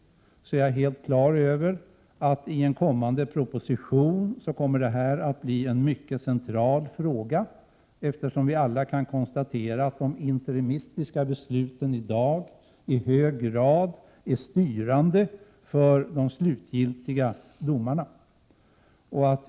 Jag är helt klar över att den frågan kommer att bli en mycket central fråga i en kommande proposition. Vi kan ju alla konstatera att de interimistiska besluten i dag i hög grad är styrande för de slutgiltiga domarna.